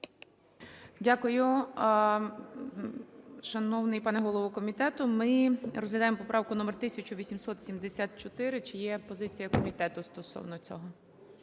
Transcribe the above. Дякую. Шановний пане голово комітету, ми розглядаємо поправку номер 1874, чи є позиція комітету стосовно цього?